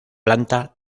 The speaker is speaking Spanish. planta